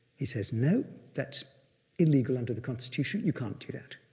he says, no, that's illegal under the constitution, you can't do that.